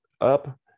up